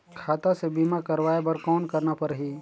खाता से बीमा करवाय बर कौन करना परही?